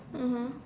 mmhmm